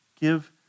give